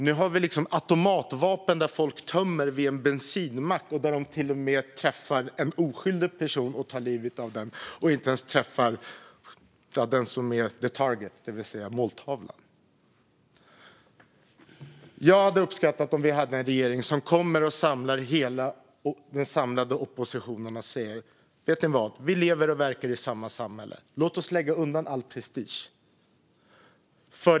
Nu har vi folk som tömmer automatvapen vid en bensinmack och till och med träffar en oskyldig person och tar livet av den medan de inte ens träffar den som är the target, det vill säga måltavlan. Jag hade uppskattat om vi hade en regering som kom och samlade hela oppositionen och sa: Vet ni vad? Vi lever och verkar i samma samhälle. Låt oss lägga undan all prestige!